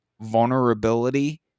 vulnerability